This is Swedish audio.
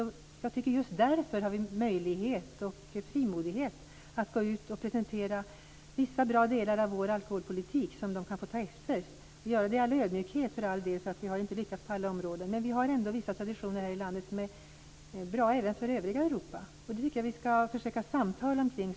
Jag tycker att vi just därför nu har en möjlighet och behöver frimodighet att presentera vissa bra delar av vår alkholpolitik som de kan ta efter, för all del i all ödmjukhet, för vi har inte lyckats på alla områden. Men vi har ändå vissa traditioner här i landet som är bra även för övriga Europa. Det tycker jag att vi skall samtala kring.